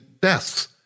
deaths